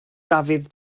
dafydd